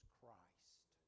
Christ